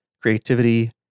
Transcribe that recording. creativity